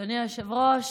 אדוני היושב-ראש,